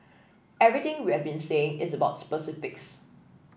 everything we have been saying is about specifics